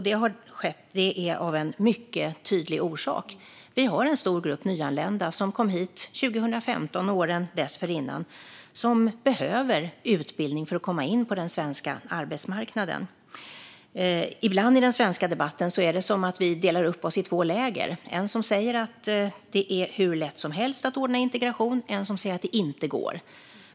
Det har skett av en mycket tydlig orsak, nämligen att vi har en stor grupp nyanlända som kom hit 2015 och åren dessförinnan och som behöver utbildning för att komma in på den svenska arbetsmarknaden. Ibland i den svenska debatten är det som att vi delar upp oss i två läger: en som säger att det är hur lätt som helst att ordna integration och en som säger att det inte går.